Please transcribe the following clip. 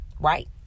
Right